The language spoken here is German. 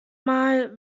mal